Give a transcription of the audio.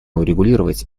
урегулировать